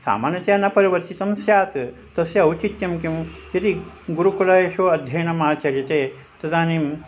सामान्यतया न परिवर्तितं स्यात् तस्य औचित्यं किं यदि गुरुकुलेषु अध्ययनम् आचर्यते तदानीं